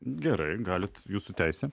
gerai galit jūsų teisė